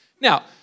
Now